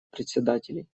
председателей